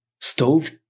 Stove